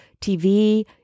TV